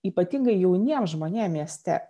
ypatingai jauniem žmonėm mieste